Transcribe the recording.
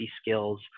skills